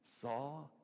saw